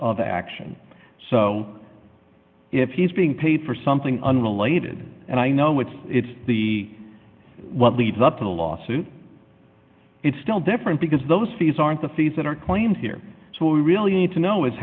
the action so if he's being paid for something unrelated and i know it's it's the what leads up to the lawsuit it's still different because those fees aren't the fees that are claims here so we really need to know is